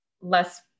less